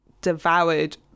devoured